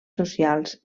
socials